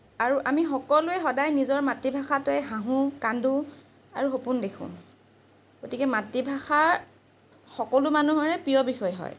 আৰু আমি সকলোৱে সদায় নিজৰ মাতৃভাষাতেই হাহোঁ কান্দো আৰু সপোন দেখোঁ গতিকে মাতৃভাষা সকলো মানুহৰে প্ৰিয় বিষয় হয়